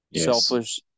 Selfish